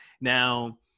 Now